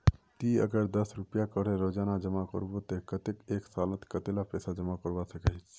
ती अगर दस रुपया करे रोजाना जमा करबो ते कतेक एक सालोत कतेला पैसा जमा करवा सकोहिस?